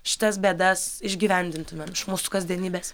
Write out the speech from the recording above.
šitas bėdas išgyvendintumėm iš mūsų kasdienybės